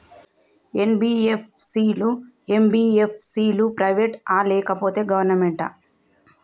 NBFC లు, MBFC లు private ఆ లేకపోతే గవర్నమెంటా?